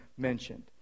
mentioned